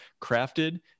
crafted